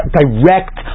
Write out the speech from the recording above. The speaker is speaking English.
direct